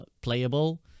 playable